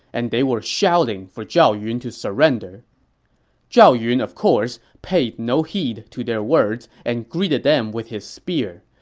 and they were shouting for zhao yun to surrender zhao yun, of course, paid no heed to their words and greeted them with his spear.